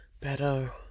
better